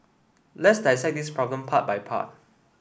let's dissect this problem part by part